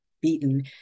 beaten